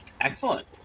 Excellent